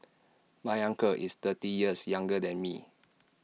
my uncle is thirty years younger than me